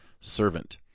Servant